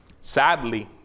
Sadly